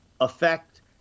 affect